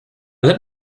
let